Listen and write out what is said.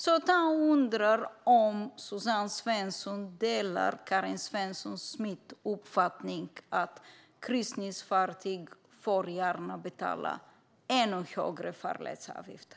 Jag undrar om Suzanne Svensson delar Karin Svensson Smiths uppfattning att kryssningsfartyg gärna får betala ännu högre farledsavgifter.